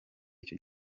icyo